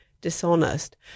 dishonest